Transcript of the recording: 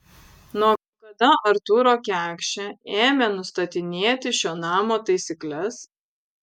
nuo kada artūro kekšė ėmė nustatinėti šio namo taisykles